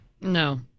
No